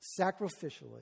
sacrificially